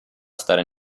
stare